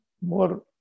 more